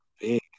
big